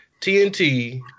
TNT